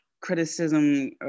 Criticism